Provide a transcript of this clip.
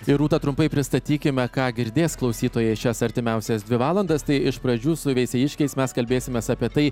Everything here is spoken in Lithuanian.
ir rūta trumpai pristatykime ką girdės klausytojai šias artimiausias dvi valandas tai iš pradžių su veisiejiškiais mes kalbėsimės apie tai